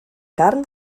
carn